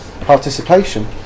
participation